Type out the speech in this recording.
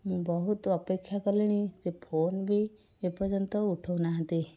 ମୁଁ ବହୁତ ଅପେକ୍ଷା କଲିଣି ସେ ଫୋନ ବି ଏପର୍ଯ୍ୟନ୍ତ ଉଠଉ ନାହାଁନ୍ତି